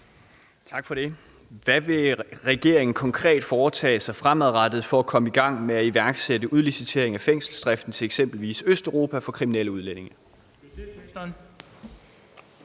Poulsen (DF): Hvad vil regeringen konkret foretage sig fremadrettet for at komme i gang med at iværksætte udlicitering af fængselsdriften til eksempelvis Østeuropa for kriminelle udlændinge?